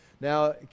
Now